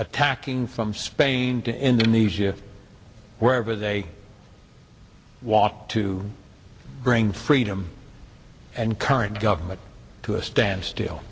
attacking from spain to in these you wherever they want to bring freedom and current government to a standstill